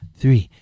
three